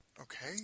Okay